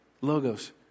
logos